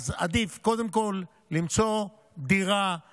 אז עדיף קודם כול למצוא דירה,